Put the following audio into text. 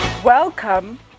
Welcome